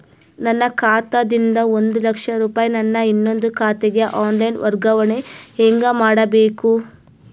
ನನ್ನ ಖಾತಾ ದಿಂದ ಒಂದ ಲಕ್ಷ ರೂಪಾಯಿ ನನ್ನ ಇನ್ನೊಂದು ಖಾತೆಗೆ ಆನ್ ಲೈನ್ ವರ್ಗಾವಣೆ ಹೆಂಗ ಮಾಡಬೇಕು?